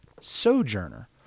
sojourner